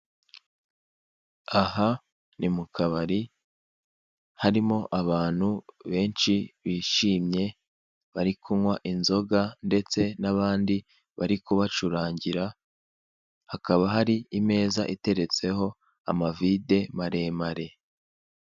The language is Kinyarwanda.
Aha ni mu kabari harimo abantu benshi bishimye bari kunywa inzoga ndetse n' aband bari kubacurangira hakaba hari imeza iteretseho amavide maremare.